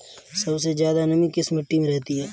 सबसे ज्यादा नमी किस मिट्टी में रहती है?